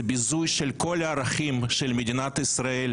זה ביזוי של כל הערכים של מדינת ישראל,